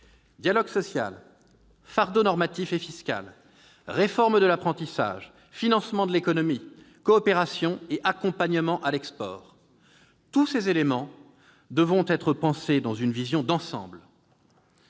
dialogue social, fardeau normatif et fiscal, réforme de l'apprentissage, financement de l'économie, coopération et accompagnement à l'export ... Tous ces éléments devront être pensés dans une vision d'ensemble.